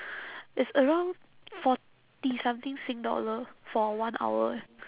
it's around forty something sing dollar for one hour